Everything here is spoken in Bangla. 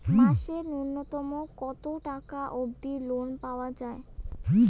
মাসে নূন্যতম কতো টাকা অব্দি লোন পাওয়া যায়?